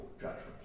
judgment